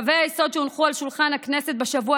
קווי היסוד שהונחו על שולחן הכנסת בשבוע